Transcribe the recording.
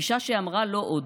אישה שאמרה: לא עוד,